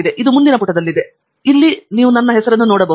ಇದು ಮುಂದಿನ ಪುಟದಲ್ಲಿದೆ ಇಲ್ಲಿ ನನ್ನ ಹೆಸರನ್ನು ನೀವು ನೋಡಬಹುದು